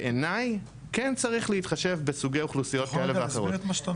בעיני כן צריך להתחשב בסוגי אוכלוסיות כאלה ואחרות.